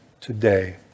today